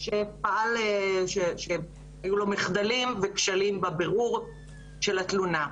שפעל והיו לו מחדלים וכשלים בבירור של התלונה.